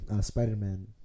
Spider-Man